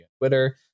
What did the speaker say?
Twitter